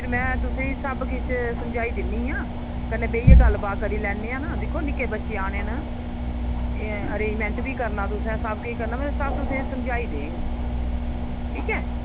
फिर में तुसें सब किश समझाई दिन्नी आं कन्नै बेहियै गल्लबात करी लेन्नै आं दिक्खो निक्के बच्चे आने न ऐ अरेजमेंट बी करना तुसें सब कुछ करना में सब तुसें समझाई देङ ठीक ऐ